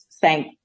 thank